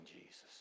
Jesus